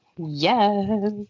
yes